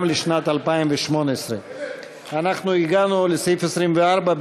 גם לשנת 2018. אנחנו הגענו לסעיף 24,